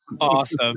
Awesome